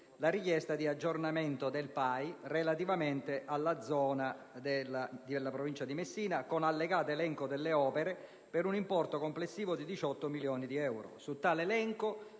la richiesta di aggiornamento del PAI relativamente alla zona della Provincia di Messina, con allegato elenco delle opere per un importo complessivo di 18 milioni di euro.